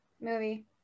Movie